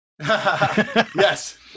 yes